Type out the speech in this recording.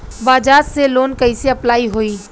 बज़ाज़ से लोन कइसे अप्लाई होई?